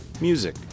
music